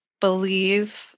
believe